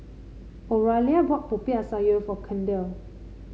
Oralia bought Popiah Sayur for Kendal